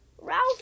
Ralph